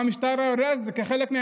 והמשטרה יודעת את זה, כחלק,